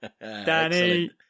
Danny